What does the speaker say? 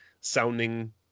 sounding